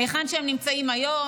היכן שהם נמצאים היום?